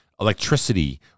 electricity